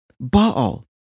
Baal